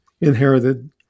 inherited